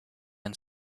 and